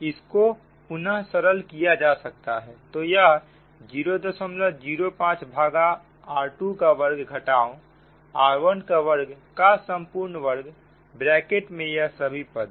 इस को पुनः सरल किया जा सकता है तो यह 005 भागा r2 का वर्ग घटाओ r1 का वर्ग का संपूर्ण वर्ग ब्रैकेट में यह सभी पद